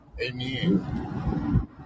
Amen